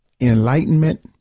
enlightenment